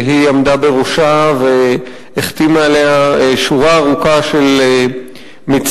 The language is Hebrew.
שהיא עמדה בראשה והחתימה עליה שורה ארוכה של מצטרפים,